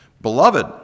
Beloved